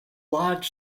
large